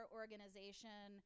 organization